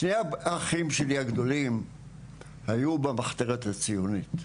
שני האחים שלי הגדולים היו במחתרת הציונית,